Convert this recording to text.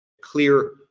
clear